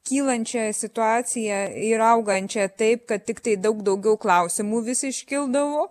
kylančią situaciją ir augančią taip kad tiktai daug daugiau klausimų vis iškildavo